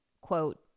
quote